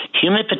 human